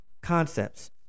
concepts